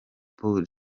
hop